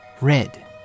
red